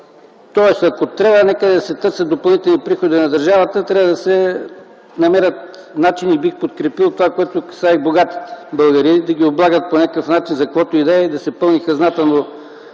Тоест ако трябва някъде да се търсят допълнителни приходи на държавата, трябва да се намерят начини. Бих подкрепил това, което касае богатите българи – да ги облагат по някакъв начин за каквото и да е и да се пълни хазната.